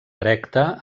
erecta